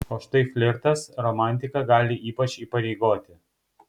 o štai flirtas romantika gali ypač įpareigoti